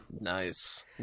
Nice